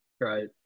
right